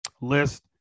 list